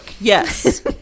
Yes